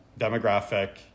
demographic